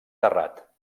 terrat